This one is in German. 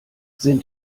sind